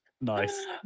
Nice